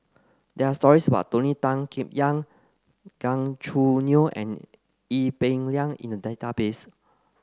there stories about Tony Tan Keng Yam Gan Choo Neo and Ee Peng Liang in the database